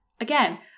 Again